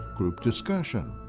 group discussion,